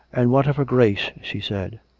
and what of her grace? she said.